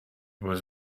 was